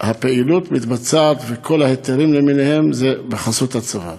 הפעילות מתבצעת וכל ההיתרים למיניהם זה בחסות הצבא.